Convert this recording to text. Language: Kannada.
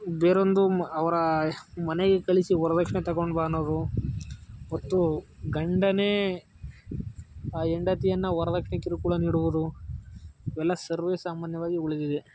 ಬೇರೊಂದು ಅವರ ಮನೆಗೆ ಕಳಿಸಿ ವರ್ದಕ್ಷಿಣೆ ತಗೊಂಡು ಬಾ ಅನ್ನೋದು ಒತ್ತು ಗಂಡನೇ ಆ ಹೆಂಡತಿಯನ್ನು ವರ್ದಕ್ಷಿಣೆ ಕಿರುಕುಳ ನೀಡುವುದು ಇವೆಲ್ಲ ಸರ್ವೇಸಾಮಾನ್ಯವಾಗಿ ಉಳಿದಿದೆ